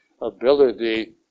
ability